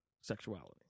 sexuality